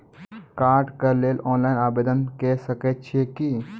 कार्डक लेल ऑनलाइन आवेदन के सकै छियै की?